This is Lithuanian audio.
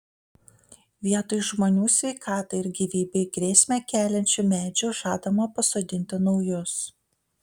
vietoj žmonių sveikatai ir gyvybei grėsmę keliančių medžių žadama pasodinti naujus